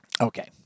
Okay